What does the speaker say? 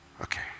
okay